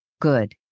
good